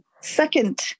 second